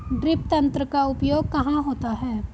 Drip तंत्र का उपयोग कहाँ होता है?